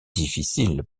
difficile